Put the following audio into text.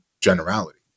generality